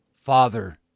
Father